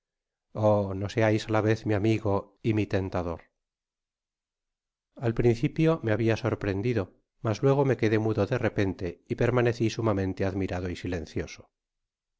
oh no seais á la vez mi amigo y mhentador al principio me habia sorprendido mas luego me quedé mudo de repente y permaneci sumamente admirado y silencioso